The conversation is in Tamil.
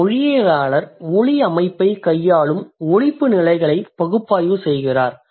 ஒரு மொழியியலாளர் ஒலி அமைப்பைக் கையாளும் ஒலிப்பு நிலைகளைப் பகுப்பாய்வு செய்கிறார்